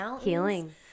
healing